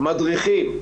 מדריכים,